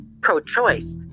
pro-choice